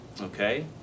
okay